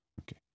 Okay